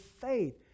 faith